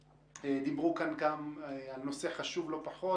דיברו כאן גם על נושא חשוב לא פחות